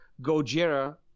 Gojira